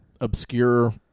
obscure